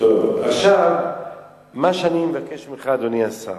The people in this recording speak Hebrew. מה שאני מבקש ממך, אדוני השר,